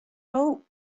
hope